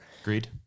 Agreed